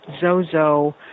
Zozo